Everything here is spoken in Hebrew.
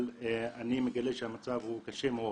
אבל אני מגלה שהמצב הוא קשה מאוד,